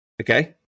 okay